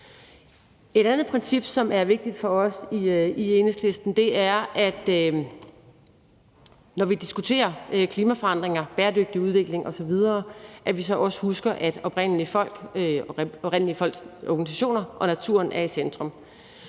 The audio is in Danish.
Et andet princip, som er vigtigt for os i Enhedslisten, når vi diskuterer klimaforandringer, bæredygtig udvikling osv., er, at vi så også husker, at oprindelige folks organisationer og naturen er i centrum.